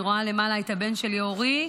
אני רואה למעלה את הבן שלי אורי.